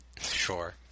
Sure